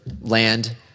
land